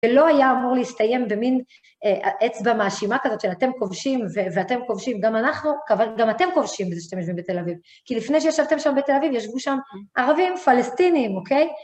זה לא היה אמור להסתיים במין אצבע מאשימה כזאת, של אתם כובשים ואתם כובשים, גם אנחנו, אבל גם אתם כובשים בזה שאתם יושבים בתל אביב. כי לפני שישבתם שם בתל אביב, ישבו שם ערבים פלסטינים, אוקיי?